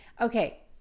Okay